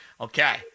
Okay